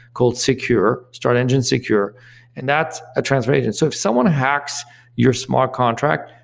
called secure, startengine secure and that's a transfer agent. so if someone hacks your smart contract,